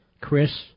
Chris